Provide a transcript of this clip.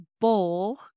bowl